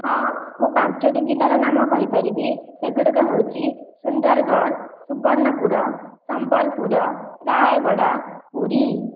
ହଁ ମୁଁ ପାଞ୍ଚୋଟି ଜିଲ୍ଲାର ନାମ କହିପାରିବି ସେଗୁଡ଼ିକ ହେଉଛି ସୁନ୍ଦରଗଡ଼ ସୁବର୍ଣ୍ଣପୁର ସମ୍ବଲପୁର ରାୟଗଡ଼ା ପୁରୀ